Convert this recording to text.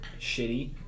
shitty